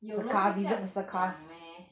有人会这样讲 meh